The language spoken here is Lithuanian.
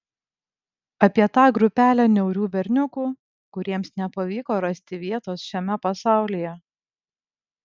apie tą grupelę niaurių berniukų kuriems nepavyko rasti vietos šiame pasaulyje